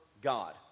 God